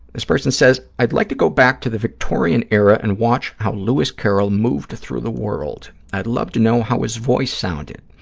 this person says, i'd like to go back to the victorian era and watch how louis carroll moved through the world. i'd love to know how his voice sounded,